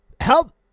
help